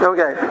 Okay